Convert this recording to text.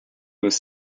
was